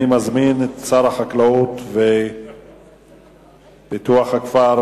אני מזמין את שר החקלאות ופיתוח הכפר,